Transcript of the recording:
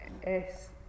es